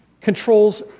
controls